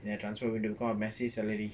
then transfer window cause of messi salary